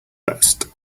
best